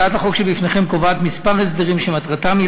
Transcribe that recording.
הצעת החוק שבפניכם קובעת כמה הסדרים שמטרתם היא